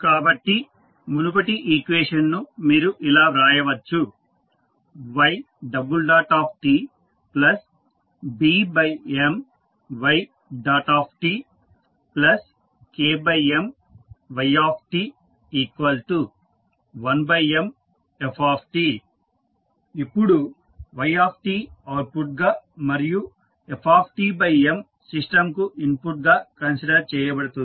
కాబట్టి మునుపటి ఈక్వేషన్ ను మీరు ఇలా వ్రాయవచ్చు ytBMytKMyt1Mft ఇప్పుడు yt అవుట్పుట్ గా మరియు f M సిస్టంకు ఇన్పుట్ గా కన్సిడర్ చేయబడుతుంది